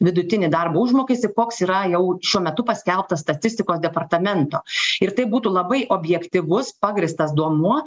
vidutinį darbo užmokestį koks yra jau šiuo metu paskelbtas statistikos departamento ir tai būtų labai objektyvus pagrįstas duomuo